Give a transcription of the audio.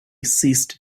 ceased